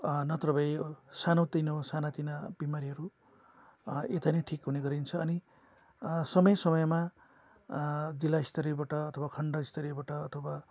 नत्र भए सानो तिनो साना तिना बिमारीहरू यता नै ठिक हुने गरिन्छ अनि समय समयमा जिल्लास्तरीयबाट अथवा खन्डस्तरीयबाट अथवा